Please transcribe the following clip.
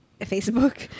facebook